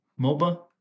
moba